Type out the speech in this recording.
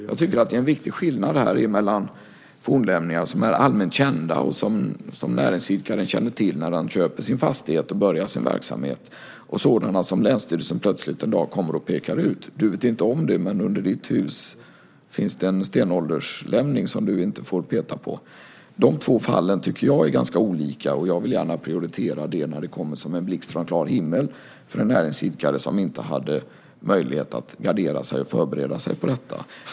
Jag tycker att det är en viktig skillnad här mellan å ena sidan fornlämningar som är allmänt kända och som näringsidkaren känner till när han köper sin fastighet och börjar sin verksamhet och å andra sidan sådana som länsstyrelsen plötsligt en dag kommer och pekar ut: Du vet inte om det, men under ditt hus finns det en stenålderslämning som du inte får peta på. De två fallen tycker jag är ganska olika, och jag vill gärna prioritera det fall då det kommer som en blixt från klar himmel för en näringsidkare som inte hade möjlighet att gardera sig och förbereda sig på detta.